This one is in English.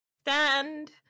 stand